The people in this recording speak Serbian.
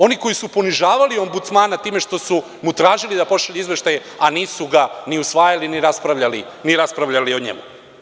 Ovi koji su ponižavali Ombudsmana time što su mu tražili da pošalje izveštaj, a nisu ga ni usvajali, ni raspravljali o njemu.